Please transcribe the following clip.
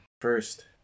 first